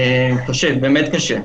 קשה, באמת קשה.